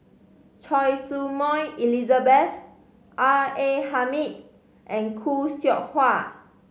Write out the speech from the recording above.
Choy Su Moi Elizabeth R A Hamid and Khoo Seow Hwa